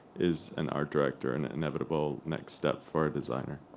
is an art director and an inevitable next step for a designer?